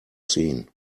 seen